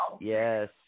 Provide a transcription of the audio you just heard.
yes